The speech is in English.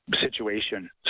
situation